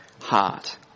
heart